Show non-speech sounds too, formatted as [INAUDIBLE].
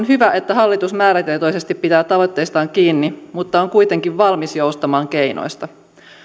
[UNINTELLIGIBLE] hyvä että hallitus määrätietoisesti pitää tavoitteistaan kiinni mutta on kuitenkin valmis joustamaan keinoista